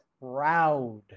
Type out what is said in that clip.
proud